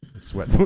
Sweat